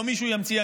לא מישהו ימציא,